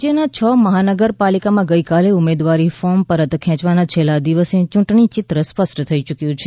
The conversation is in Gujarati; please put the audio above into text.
રાજ્યના છ મહાનગરપાલિકામાં ગઇકાલે ઉમેદવારી ફોર્મ પરત ખેંચવાના છેલ્લા દિવસે યૂંટણી ચિત્ર સ્પષ્ટ થઈ યૂક્યું છે